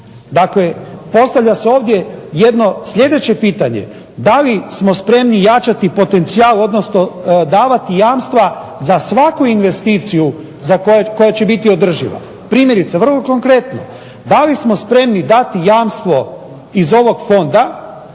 Dakle, postavlja se ovdje jedno pitanje sljedeće, da li smo spremni jačati potencijal odnosno davati jamstva za svaku investiciju koja će biti održiva. Primjerice vrlo konkretno, da li smo spremni dati jamstvo iz ovog fonda